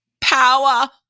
Power